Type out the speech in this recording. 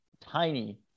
tiny